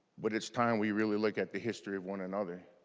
but it's time we really look at the history of one another